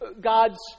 God's